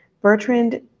Bertrand